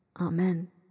Amen